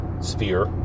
sphere